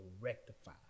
rectify